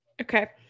Okay